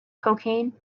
cocaine